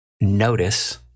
Notice